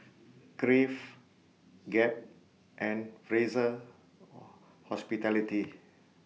Crave Gap and Fraser Hospitality